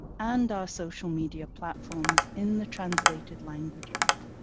and our social media platforms in the translated languages.